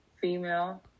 female